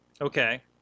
Okay